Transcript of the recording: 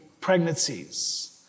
pregnancies